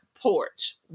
porch